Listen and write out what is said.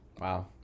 Wow